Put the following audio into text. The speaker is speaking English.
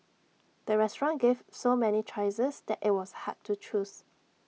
the restaurant gave so many choices that IT was hard to choose